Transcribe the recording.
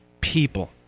people